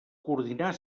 coordinar